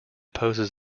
poses